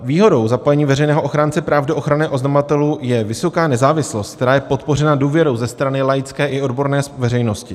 Výhodou zapojení veřejného ochránce práv do ochrany oznamovatelů je vysoká nezávislost, která je podpořena důvěrou ze strany laické i odborné veřejnosti.